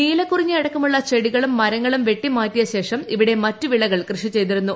നീലക്കുറിഞ്ഞി അടക്കമുള്ള ചെടികളും മരങ്ങളും വെട്ടിമാറ്റിയ ശേഷം ഇവിടെ മറ്റു വിളകൾ കൃഷി ചെയ്തിരുന്നു